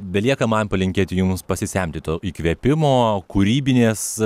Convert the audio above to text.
belieka man palinkėti jums pasisemti to įkvėpimo kūrybinės